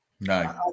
No